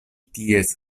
ties